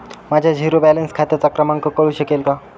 माझ्या zero balance खात्याचा क्रमांक कळू शकेल का?